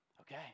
Okay